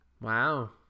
Wow